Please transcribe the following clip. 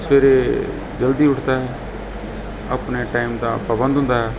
ਸਵੇਰੇ ਜਲਦੀ ਉੱਠਦਾ ਹੈ ਆਪਣੇ ਟਾਈਮ ਦਾ ਪਾਬੰਦ ਹੁੰਦਾ ਹੈ